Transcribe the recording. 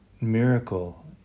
miracle